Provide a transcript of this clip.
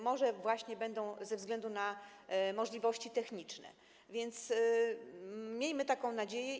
Może właśnie będzie tak ze względu na możliwości techniczne, więc miejmy taką nadzieję.